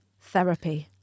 therapy